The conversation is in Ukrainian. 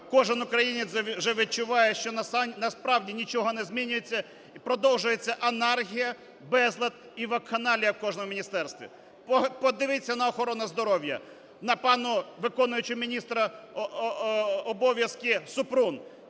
кожен українець вже відчуває, що насправді нічого не змінюється, продовжується анархія, безлад і вакханалія в кожному міністерстві. Подивіться на охорону здоров'я, на панну виконуючу міністра обов'язки Супрун,